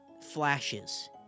flashes